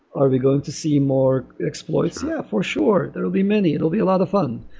are we going to see more exploits? yeah, for sure. there will be many. it will be a lot of fun